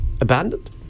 abandoned